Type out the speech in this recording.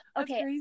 okay